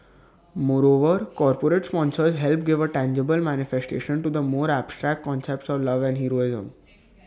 moreover corporate sponsors help give A tangible manifestation to the more abstract concepts of love and heroism